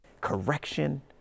correction